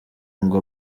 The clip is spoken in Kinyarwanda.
ngo